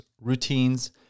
routines